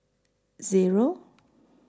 Zero